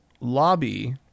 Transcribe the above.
lobby